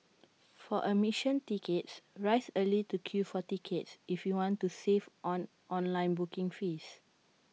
for admission tickets rise early to queue for tickets if you want to save on online booking fees